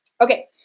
Okay